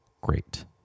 great